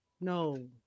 no